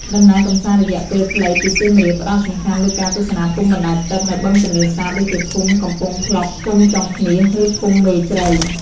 ដំណើរកម្សាន្តរយៈពេលខ្លីពីសៀមរាប ផ្តោតសំខាន់លើការទស្សនាភូមិបណ្តែតទឹកនៅបឹងទន្លេសាប ដូចជាភូមិកំពង់ផ្លុក ភូមិចុងឃ្នៀស ឬភូមិមេជ្រៃ។